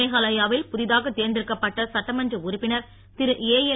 மேகாலயாவில் புதிதாக தேர்ந்தெடுக்கப்பட்ட சட்டமன்ற உறுப்பினர் திருஏஎல்